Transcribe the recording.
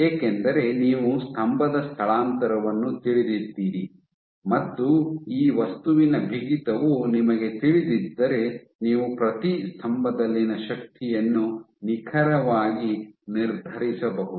ಏಕೆಂದರೆ ನೀವು ಸ್ತಂಭದ ಸ್ಥಳಾಂತರವನ್ನು ತಿಳಿದಿದ್ದೀರಿ ಮತ್ತು ಈ ವಸ್ತುವಿನ ಬಿಗಿತವು ನಿಮಗೆ ತಿಳಿದಿದ್ದರೆ ನೀವು ಪ್ರತಿ ಸ್ತಂಭದಲ್ಲಿನ ಶಕ್ತಿಯನ್ನು ನಿಖರವಾಗಿ ನಿರ್ಧರಿಸಬಹುದು